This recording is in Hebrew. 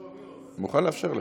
אני מוכן לאפשר לך.